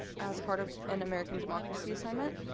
as part of an american democracy assignment.